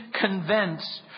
convinced